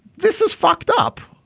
this is fucked up.